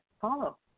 follow